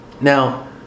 Now